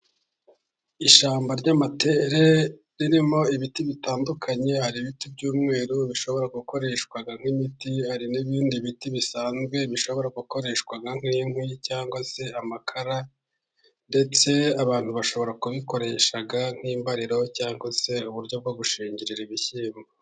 Ishyamba ry'amatere ririmo ibiti bitandukanye, hari ibiti byumweru bishobora gukoreshwa nk'imiti, hari n'ibindi biti bisanzwe bishobora gukoreshwa nk'inkwi cyangwa se amakara ndetse abantu bashobora kubikoresha nk'imbariro cyangwa se uburyo bwo gushingirira ibishyimbo,